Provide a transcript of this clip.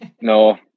No